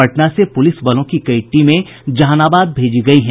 पटना से पुलिस बलों की कई टीमें जहानाबाद भेजी गयी हैं